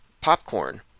popcorn